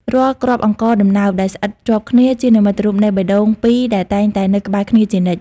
រាល់គ្រាប់អង្ករដំណើបដែលស្អិតជាប់គ្នា ជានិមិត្តរូបនៃបេះដូងពីរដែលតែងតែនៅក្បែរគ្នាជានិច្ច។